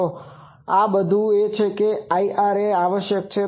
તો આ બધું એ છે જે IRA ને આવશ્યક છે